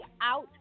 out